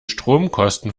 stromkosten